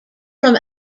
from